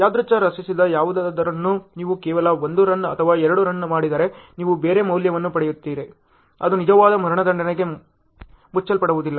ಯಾದೃಚ್ ರಚಿಸಿದ ಯಾವುದನ್ನಾದರೂ ನೀವು ಕೇವಲ 1 ರನ್ ಅಥವಾ 2 ರನ್ ಮಾಡಿದರೆ ನೀವು ಬೇರೆ ಮೌಲ್ಯವನ್ನು ಪಡೆಯುತ್ತೀರಿ ಅದು ನಿಜವಾದ ಮರಣದಂಡನೆಗೆ ಮುಚ್ಚಲ್ಪಡುವುದಿಲ್ಲ